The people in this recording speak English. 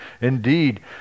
indeed